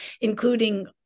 including